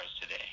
today